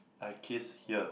I kissed here